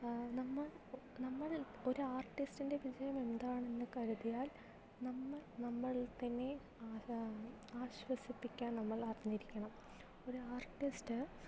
നമ്മൾ നമ്മൾ ഒരാർട്ടിസ്റ്റിന്റെ വിവരമെന്താണെന്ന് കരുതിയാൽ നമ്മൾ നമ്മളെതന്നെ ആശ്വസിപ്പിക്കാൻ നമ്മൾ അറിഞ്ഞിരിക്കണം ഒരാർട്ടിസ്റ്റ്